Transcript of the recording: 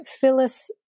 Phyllis